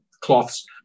cloths